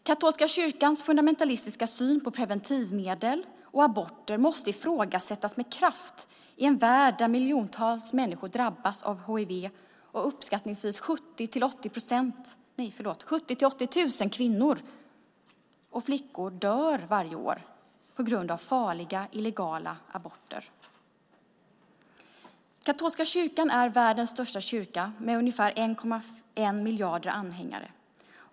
Katolska kyrkans fundamentalistiska syn på preventivmedel och aborter måste ifrågasättas med kraft i en värld där miljontals människor drabbas av hiv och uppskattningsvis 70 000-80 000 kvinnor och flickor dör varje år på grund av farliga illegala aborter. Katolska kyrkan är världens största kyrka med ungefär 1,1 miljard anhängare.